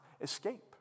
escape